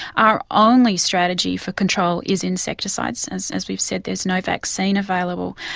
our only strategy for control is insecticides. as as we've said, there is no vaccine available.